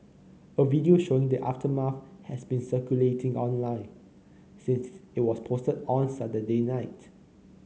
a video showing the aftermath has been circulating online since it was posted on Saturday night